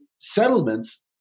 settlements